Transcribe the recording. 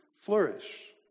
flourish